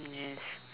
yes